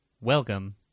Welcome